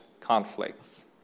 conflicts